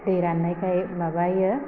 दै राननायखाय माबायो